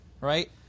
right